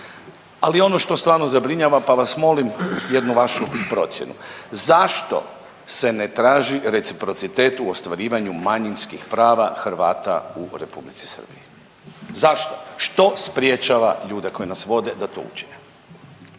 Ali ono što stvarno zabrinjava pa vas molim jednu vašu procjenu. Zašto se ne traži reciprocitet u ostvarivanju manjinskih prava Hrvata u R. Srbiji? Zašto? Što sprječava ljude koji nas vode da to učine?